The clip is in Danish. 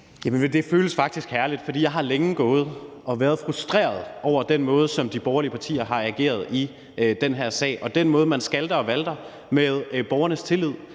det føles faktisk herligt. For jeg har længe gået og været frustreret over den måde, som de borgerlige partier har ageret på i den her sag, og den måde, man skalter og valter med borgernes tillid